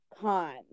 Cons